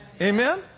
Amen